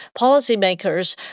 policymakers